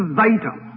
vital